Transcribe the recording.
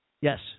Yes